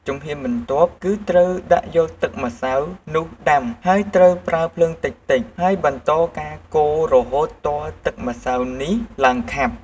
ជំហានបន្ទាប់ គឺត្រូវដាក់យកទឹកម្សៅនោះដាំ ហើយត្រូវប្រើភ្លើងតិចៗ ហើយបន្តការកូររហូតទាល់ទឹកម្សៅនេះឡើងខាប់។